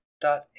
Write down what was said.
dot